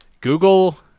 Google